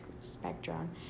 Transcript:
spectrum